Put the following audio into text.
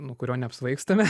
nuo kurio neapsvaigstame